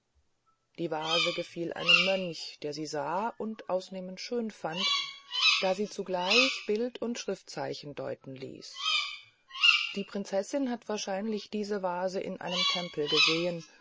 die vase gefiel einem mönch der sie sah und ausnehmend schön fand da sie zugleich bild und schriftzeichen deuten ließ die prinzessin hat wahrscheinlich diese vase in einem tempel gesehen